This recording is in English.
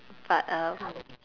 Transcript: but um